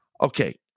Okay